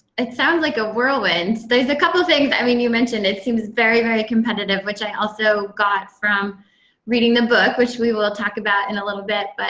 it sounds like a whirlwind. there's a couple of things, i mean, you mentioned, it seems very, very competitive, which i also got from reading the book, which we will talk about in a little bit. but